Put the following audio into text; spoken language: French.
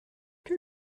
que